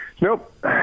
Nope